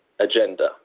agenda